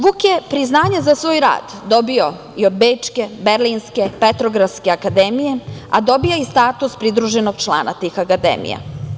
Vuk je priznanje za svoj rad dobio i od bečke, berlinske, petrovgradske akademije, a dobija i status pridruženog člana tih akademija.